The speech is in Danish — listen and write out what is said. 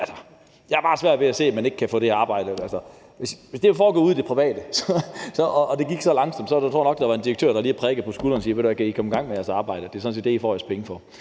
Altså, jeg har bare svært ved at se, at man ikke kan få det arbejde gjort. Hvis det her foregik ude i det private og det gik så langsomt, tror jeg nok der havde været en direktør, der lige havde prikket folk på skulderen og sagt: Ved I hvad, kan I komme i gang med jeres arbejde, for det er sådan set det, I får jeres penge for.